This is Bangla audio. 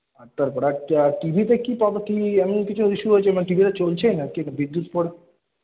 আটটার পরে আর আর টিভিতে কী কী এমন কিছু ইস্যু হয়েছে মানে টিভিটা চলছেই না কি বিদ্যুৎ ফল্ট